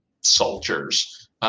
soldiers